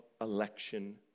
election